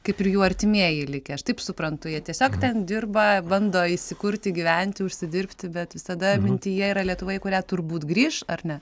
kaip ir jų artimieji likę aš taip suprantu jie tiesiog ten dirba bando įsikurti gyventi užsidirbti bet visada mintyje yra lietuva į kurią turbūt grįš ar ne